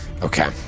Okay